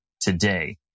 today